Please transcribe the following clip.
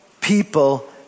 people